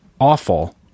Awful